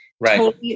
Right